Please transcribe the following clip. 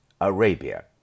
Arabia